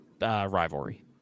rivalry